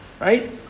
right